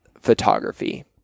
photography